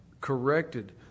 corrected